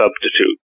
substitute